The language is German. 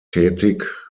tätig